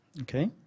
okay